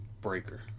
Breaker